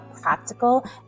practical